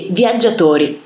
viaggiatori